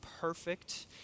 perfect